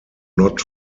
not